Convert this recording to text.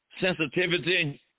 sensitivity